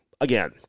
again